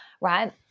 right